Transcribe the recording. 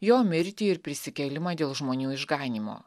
jo mirtį ir prisikėlimą dėl žmonių išganymo